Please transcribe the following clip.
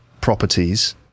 properties